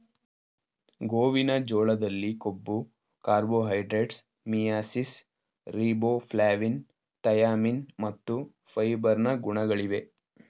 ಗೋವಿನ ಜೋಳದಲ್ಲಿ ಕೊಬ್ಬು, ಕಾರ್ಬೋಹೈಡ್ರೇಟ್ಸ್, ಮಿಯಾಸಿಸ್, ರಿಬೋಫ್ಲಾವಿನ್, ಥಯಾಮಿನ್ ಮತ್ತು ಫೈಬರ್ ನ ಗುಣಗಳಿವೆ